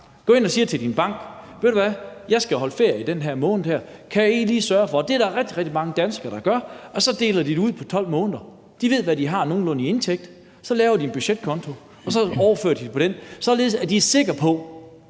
går ind og siger til sin bank: Ved du hvad, jeg skal holde ferie i den her måned, kan I ikke lige sørge for at ordne det. Det er der rigtig mange danskere der gør, og så bliver det delt ud på 12 måneder. De ved nogenlunde, hvad de har i indtægt, så laver de en budgetkonto, og så overfører de penge til den, således at de er sikre på,